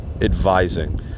advising